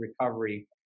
recovery